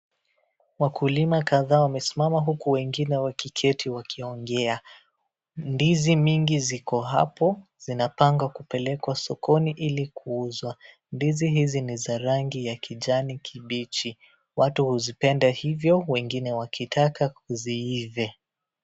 Wakulima kadhaa wamesimama uku wengine wakiketi wakiongea. Ndizi mingi ziko hapo, zinapanga kupelekwa sokoni ili kuuzwa. Ndizi hizi ni za rangi ya kijani kibichi. Watu huzipenda hivyo wengine wakitaka ziive.